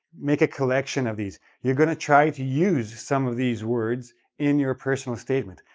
make a collection of these. you're going to try to use some of these words in your personal statement.